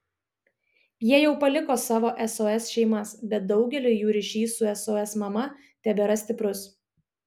jie jau paliko savo sos šeimas bet daugeliui jų ryšys su sos mama tebėra stiprus